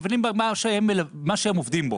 הם מבינים במה שהם עובדים בו.